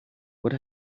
what